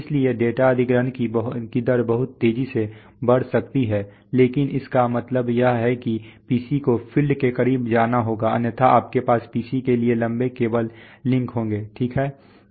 इसलिए डेटा अधिग्रहण की दर बहुत तेजी से बढ़ सकती है लेकिन इसका मतलब यह है कि PC को फील्ड के करीब जाना होगा अन्यथा आपके पास पीसी के लिए लंबे केबल लिंक होंगे ठीक है